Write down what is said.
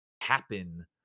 happen